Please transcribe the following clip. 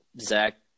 Zach